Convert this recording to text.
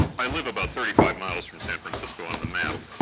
i live about thirty five miles from san francisco on the map,